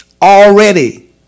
already